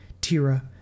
Tira